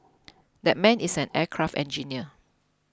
that man is an aircraft engineer